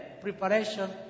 preparation